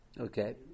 Okay